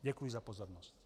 Děkuji za pozornost.